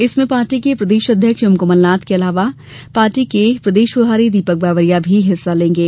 इसमें पार्टी के प्रदेश अध्यक्ष एवं कमलनाथ के अलावा पार्टी के प्रदेश प्रभारी दीपक बावरिया भी हिस्सा लेंगे